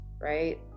Right